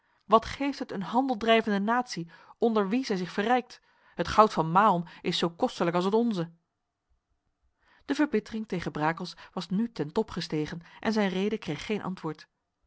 wat geeft het een handeldrijvende natie onder wie zij zich verrijkt het goud van mahom is zo kostelijk als het onze de verbittering tegen brakels was nu ten top gestegen en zijn rede kreeg geen antwoord